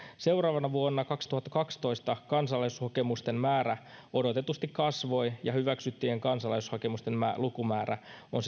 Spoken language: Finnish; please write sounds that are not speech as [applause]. seuraavana vuonna kaksituhattakaksitoista kansalaisuushakemusten määrä odotetusti kasvoi ja hyväksyttyjen kansalaisuushakemusten lukumäärä on [unintelligible]